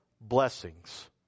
blessings